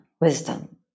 wisdom